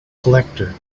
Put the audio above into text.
collector